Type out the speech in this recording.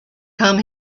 come